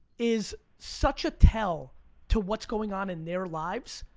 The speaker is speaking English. is such a tell to what's going on in their lives.